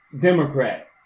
Democrat